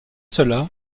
cela